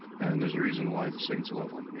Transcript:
and there is a reason why the saints love him.